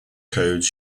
codes